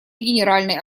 генеральной